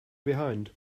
behind